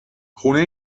خونه